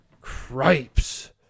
Cripes